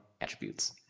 attributes